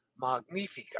Magnifica